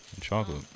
chocolate